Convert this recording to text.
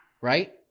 right